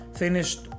finished